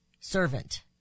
servant